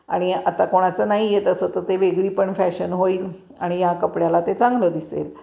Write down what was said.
आणि आता कोणाचं नाही येत तसं तर ते वेगळी पण फॅशन होईल आणि या कपड्याला ते चांगलं दिसेल